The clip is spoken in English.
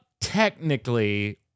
technically